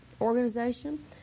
organization